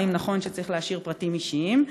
האם נכון שצריך להשאיר פרטים אישיים?